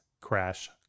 crash